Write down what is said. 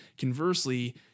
conversely